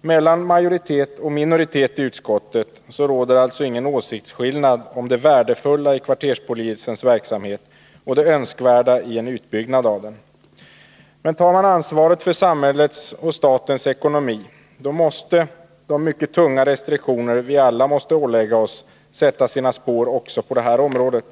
Mellan majoritet och minoritet i utskottet råder alltså ingen åsiktsskillnad om det värdefulla i kvarterspolisens verksamhet och det önskvärda i en utbyggnad av den. Tar man ansvar för samhällets och statens ekonomi måste emellertid de mycket tunga restriktioner som vi alla får lov att ålägga oss sätta sina spår också på detta område.